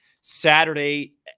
Saturday